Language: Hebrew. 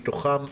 מתוכם,